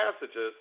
passages